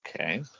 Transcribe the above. Okay